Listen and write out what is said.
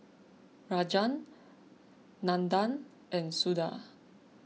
Rajan Nandan and Suda